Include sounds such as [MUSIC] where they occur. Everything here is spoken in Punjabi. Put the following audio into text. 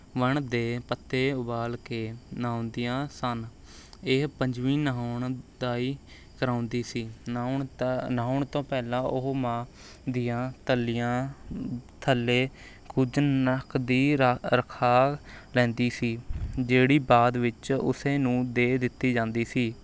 ਵਣ ਦੇ ਪੱਤੇ ਉਬਾਲ ਕੇ ਨਹਾਉਂਦੀਆਂ ਸਨ ਇਹ ਪੰਜਵੀਂ ਨਹਾਉਣ ਦਾਈ ਕਰਾਉਂਦੀ ਸੀ [UNINTELLIGIBLE] ਨਹਾਉਣ ਤੋਂ ਪਹਿਲਾਂ ਉਹ ਮਾਂ ਦੀਆਂ ਤਲੀਆਂ ਥੱਲੇ ਕੁਝ ਨਕਦੀ [UNINTELLIGIBLE] ਰਖਾ ਲੈਂਦੀ ਸੀ ਜਿਹੜੀ ਬਾਅਦ ਵਿੱਚ ਉਸ ਨੂੰ ਦੇ ਦਿੱਤੀ ਜਾਂਦੀ ਸੀ